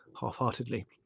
half-heartedly